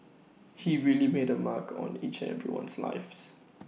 he really made A mark on each and everyone's life's